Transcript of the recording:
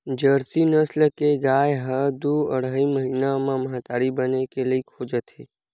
Jersey नसल के गाय ह दू अड़हई महिना म महतारी बने के लइक हो जाथे